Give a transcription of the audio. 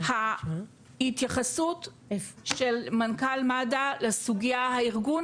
ההתייחסות של מנכ"ל מד"א לסוגיה הארגון